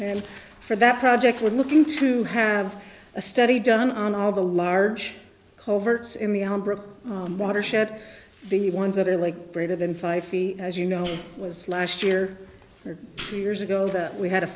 and for that project we're looking to have a study done on all the large culverts in the watershed the ones that are like greater than five feet as you know was last year or two years ago we had a